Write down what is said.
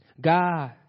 God